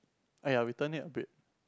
ah ya we turned it a bit